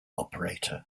operator